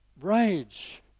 rage